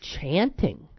chanting